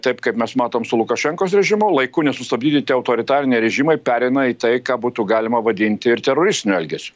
taip kaip mes matom su lukašenkos režimu laiku nesustabdyti tie autoritariniai režimai pereina į tai ką būtų galima vadinti ir teroristiniu elgesiu